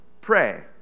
pray